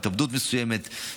התאבדות מסוימת,